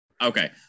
Okay